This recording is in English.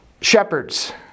Shepherds